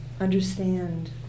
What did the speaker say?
understand